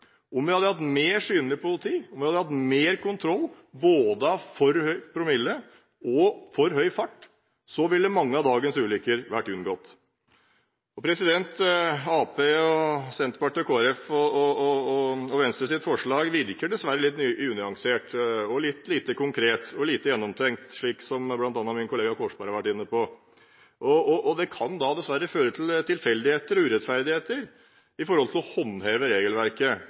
Om vi hadde hatt mer synlig politi og mer kontroll både av for høy promille og for høy fart, ville mange av dagens ulykker vært unngått. Arbeiderpartiet, Senterpartiet, Kristelig Folkeparti og Venstres forslag virker dessverre litt unyansert, lite konkret og lite gjennomtenkt, slik som bl.a. min kollega Korsberg har vært inne på. Det kan dessverre føre til tilfeldigheter og urettferdighet når det gjelder å håndheve regelverket,